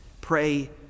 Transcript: pray